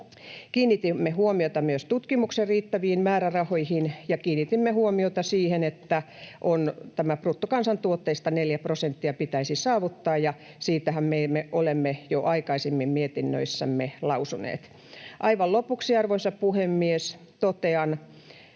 Kiinnitimme huomiota myös tutkimuksen riittäviin määrärahoihin, ja kiinnitimme huomiota siihen, että bruttokansantuotteesta neljä prosenttia pitäisi saavuttaa, ja siitähän me olemme jo aikaisemmin mietinnöissämme lausuneet. Aivan lopuksi, arvoisa puhemies, totean,